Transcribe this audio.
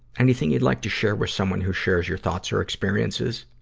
anything you'd like to share with someone who shares your thoughts or experiences?